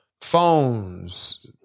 phones